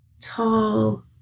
tall